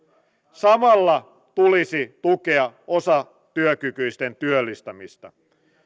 samalla tulisi tukea osatyökykyisten työllistämistä